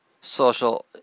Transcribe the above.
social